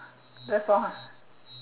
this one